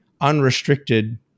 unrestricted